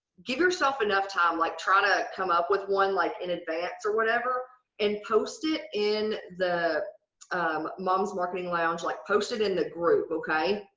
give yourself enough time like trying to come up with one like in advance or whatever and post it in the mom's marketing lounge. like, post in the group, okay?